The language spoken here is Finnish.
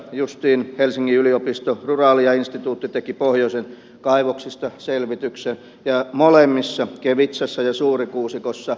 justiin helsingin yliopisto ruralia instituutti teki pohjoisen kaivoksista selvityksen ja molemmissa keivitsassa jo suurikuusikossa